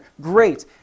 Great